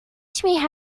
teach